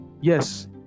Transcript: yes